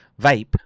vape